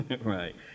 Right